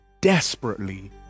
desperately